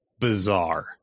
bizarre